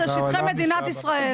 זה שטחי מדינת ישראל,